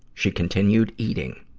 she continued eating.